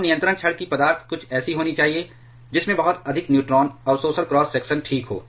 अब नियंत्रण छड़ की पदार्थ कुछ ऐसी होनी चाहिए जिसमें बहुत अधिक न्यूट्रॉन अवशोषण क्रॉस सेक्शन ठीक हो